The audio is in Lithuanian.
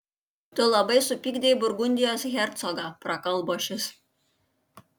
tu labai supykdei burgundijos hercogą prakalbo šis